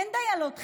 אין דיילות חינניות,